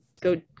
go